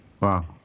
Wow